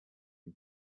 and